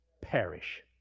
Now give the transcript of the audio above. perish